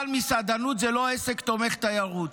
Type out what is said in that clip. אבל מסעדנות זה לא עסק תומך תיירות,